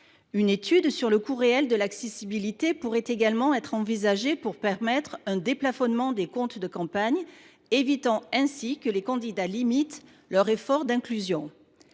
Une étude sur le coût réel de l’accessibilité pourrait également être envisagée pour permettre le déplafonnement des comptes de campagne, afin d’éviter que les candidats ne limitent leurs efforts d’inclusion.